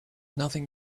nothing